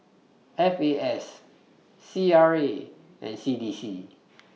F A S C R A and C D C